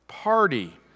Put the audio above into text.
Party